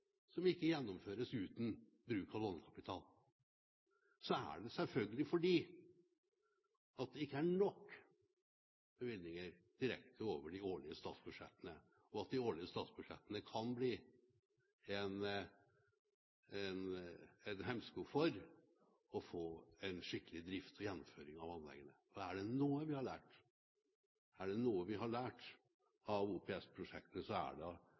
det ikke er nok bevilgninger direkte over de årlige statsbudsjettene, og at de årlige statsbudsjettene kan bli en hemsko for å få en skikkelig drift og gjennomføring av anleggene. Og er det noe vi har lært av OPS-prosjektet, er det